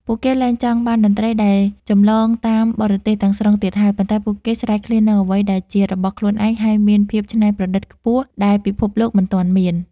ពួកគេលែងចង់បានតន្ត្រីដែលចម្លងតាមបរទេសទាំងស្រុងទៀតហើយ ប៉ុន្តែពួកគេស្រេកឃ្លាននូវអ្វីមួយដែលជារបស់ខ្លួនឯង ហើយមានភាពច្នៃប្រឌិតខ្ពស់ដែលពិភពលោកមិនទាន់មាន។